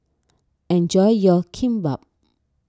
enjoy your Kimbap